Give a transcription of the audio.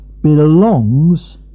belongs